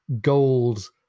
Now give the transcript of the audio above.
gold